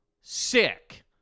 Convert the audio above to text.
Sick